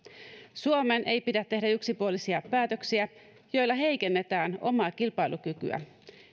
suomen ei pidä tehdä yksipuolisia päätöksiä joilla heikennetään omaa kilpailukykyä